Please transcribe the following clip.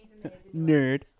Nerd